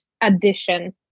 addition